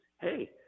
hey